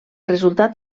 resultat